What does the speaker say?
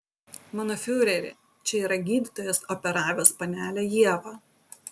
mano fiureri čia yra gydytojas operavęs panelę ievą